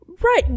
Right